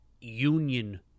union